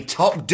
top